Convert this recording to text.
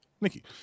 Nikki